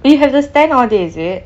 you have to stand all day is it